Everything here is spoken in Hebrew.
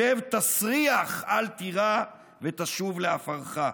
/ שב, תסריח, אל תירא / ותשוב לעפרך.